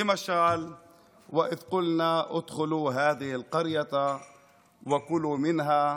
למשל (אומר בערבית: "אמרנו: